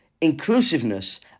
inclusiveness